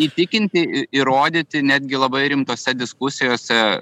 įtikinti įrodyti netgi labai rimtose diskusijose